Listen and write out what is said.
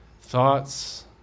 thoughts